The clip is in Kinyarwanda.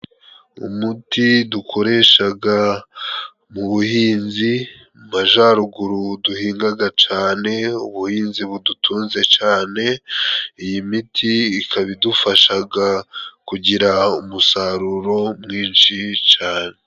Umuti dukoreshaga mu buhinzi mu majaruguru duhingaga cane ubuhinzi budutunze cane, iyi miti ikaba idufashaga kugira umusaruro mwinshi cane.